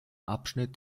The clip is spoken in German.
abschnitt